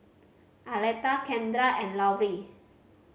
Aleta Kendra and Lauri